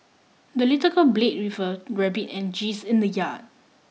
the little girl played with her rabbit and geese in the yard